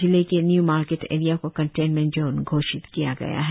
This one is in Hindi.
जिले के न्यू मार्केट एरिया को कंटेंटमेंट जोन घोषित किया गया है